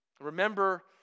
Remember